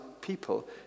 people